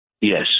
Yes